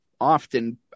often